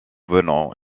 venant